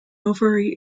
ovary